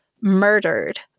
murdered